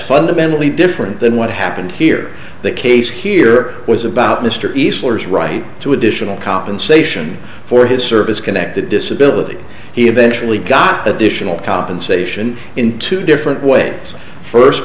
fundamentally different than what happened here the case here was about mr eastlands right to additional compensation for his service connected disability he eventually got additional compensation in two different ways first